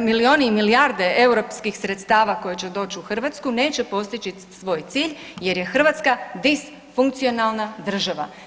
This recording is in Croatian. milioni i milijarde europskih sredstava koji će doći u Hrvatsku neće postići svoj cilj jer je Hrvatska disfunkcionalna država.